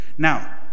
Now